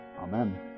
Amen